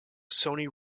sony